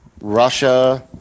Russia